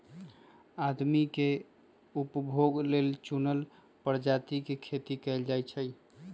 आदमी के उपभोग लेल चुनल परजाती के खेती कएल जाई छई